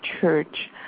church